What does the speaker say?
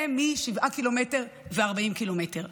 ומשבעה קילומטרים ל-40 קילומטר.